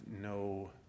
no